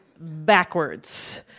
backwards